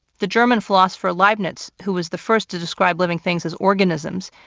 the german philosopher leibniz, who was the first to describe living things as organisms,